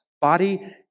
body